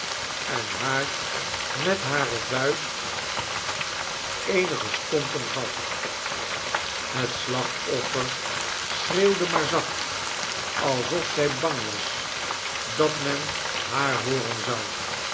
en haar met hare vuist eenige stompen gaf het slachtoffer schreeuwde maar zacht alsof zij bang was dat men haar hooren zou